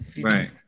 right